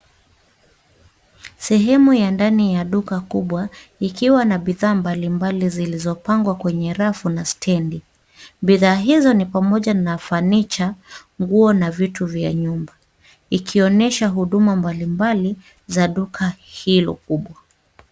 Sehemu ya ndani ya duka kubwa, ikiwa na bidhaa mbalimbali zilizopangwa kwenye rafu na stendi. Bidhaa hizo ni pamoja na furniture , nguo na vitu vya nyumba. Ikionyesha huduma mbalimbali, za duka hilo kubwa.